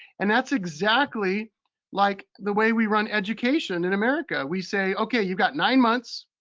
and that's exactly like the way we run education in america. we say, okay, you've got nine months,